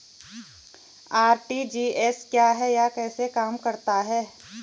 RTGS क्या है यह कैसे काम करता है?